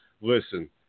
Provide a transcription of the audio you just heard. listen